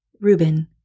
Reuben